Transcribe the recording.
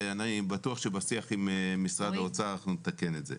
ואני בטוח שבשיח עם משרד האוצר אנחנו נתקן את זה.